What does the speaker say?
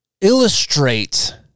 illustrate